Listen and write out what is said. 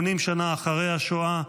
80 שנה אחרי השואה,